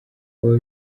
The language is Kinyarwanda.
baba